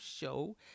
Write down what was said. show